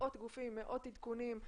מדובר במאות גופים ובמאות עדכונים.